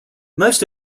most